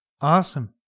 Awesome